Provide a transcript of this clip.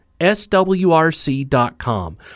SWRC.com